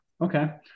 Okay